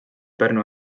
pärnu